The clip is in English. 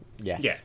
yes